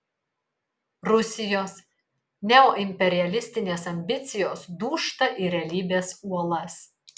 rusijos neoimperialistinės ambicijos dūžta į realybės uolas